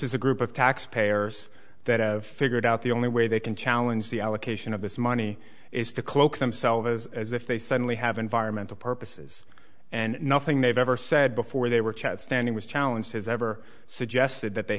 is a group of taxpayers that have figured out the only way they can challenge the allocation of this money is to cloak themselves as as if they suddenly have environmental purposes and nothing they've ever said before they were chad standing with challenge has ever suggested that they